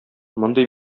мондый